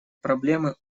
проблемы